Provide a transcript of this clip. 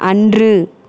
அன்று